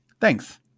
Thanks